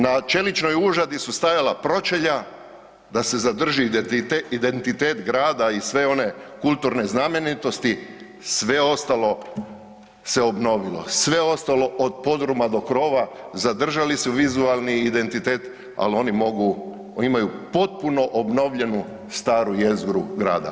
Na čeličnoj užadi su stajala pročelja da se zadrži identitet grada i sve one kulturne znamenitosti, sve ostalo se obnovilo, sve ostalo od podruma do krova zadržali su vizualni identitet, al oni mogu, imaju potpuno obnovljenu staru jezgru grada.